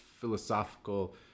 philosophical